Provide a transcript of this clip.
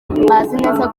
neza